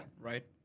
Right